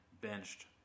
benched